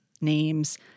names